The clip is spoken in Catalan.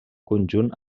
conjunt